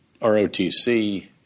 ROTC